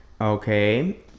Okay